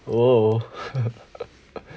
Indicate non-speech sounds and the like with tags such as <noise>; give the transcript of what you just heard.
oh <laughs>